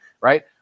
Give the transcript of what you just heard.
right